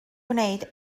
gwneud